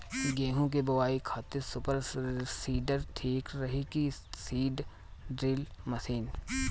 गेहूँ की बोआई खातिर सुपर सीडर ठीक रही की सीड ड्रिल मशीन?